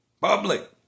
Public